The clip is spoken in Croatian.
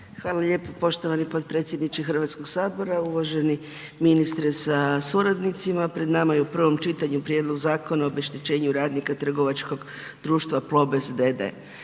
Hvala lijepo poštovani potpredsjedniče HS. Uvaženi ministre sa suradnicima, pred nama je u prvom čitanju prijedlog Zakona o obeštećenju radnika trgovačkog društva Plobest d.d.